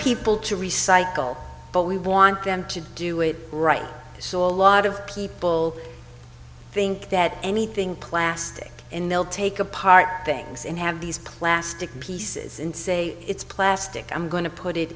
people to recycle but we want them to do it right so a lot of people think that anything plastic and they'll take apart things in have these plastic pieces and say it's plastic i'm going to put it